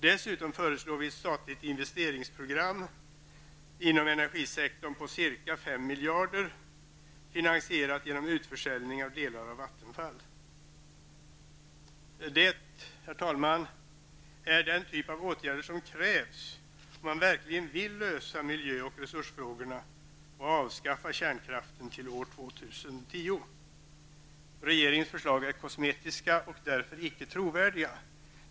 Dessutom föreslår vi ett statligt investeringsprogram inom energisektorn på ca 5 Det, herr talman, är den typ av åtgärder som krävs om man verkligen vill lösa miljö och resursfrågorna och avskaffa kärnkraften till år 2010. Regeringens förslag är kosmetiska och därför inte trovärdiga.